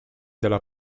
dalla